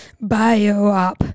Bio-op